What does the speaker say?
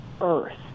earth